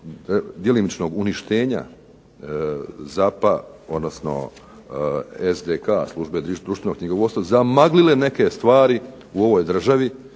djelomičnog uništenja ZAP-a odnosno SDK, Službe društvenog knjigovodstva zamaglile neke stvari u ovoj državi